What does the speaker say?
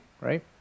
right